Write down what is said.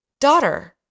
Daughter